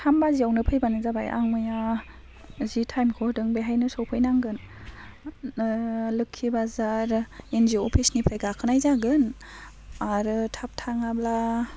थाम बाजियावनो फैबानो जाबाय आं मैया जि टाइमखौ होदों बेयावनो सफैनांगोन लोखिबाजार एनजिअ अफिसनिफ्राय गाखोनाय जागोन आरो थाब थाङाब्ला